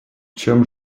чем